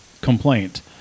complaint